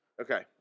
Okay